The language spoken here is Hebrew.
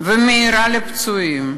ומהירה לפצועים.